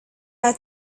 had